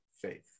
faith